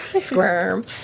squirm